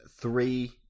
three